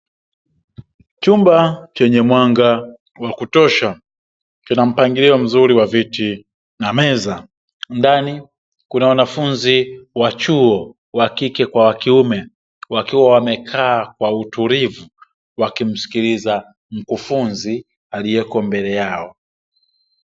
Chumba chenye mwanga wa kutosha tunampangilio mzuri wa viti na meza, ndani kuna wanafunzi wa chuo wakike kwa kiume, wakiwa wamekaa kwa utulivu wakimsikiliza mkufunzi aliopo mbele yao.